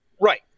Right